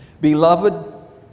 Beloved